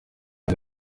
cya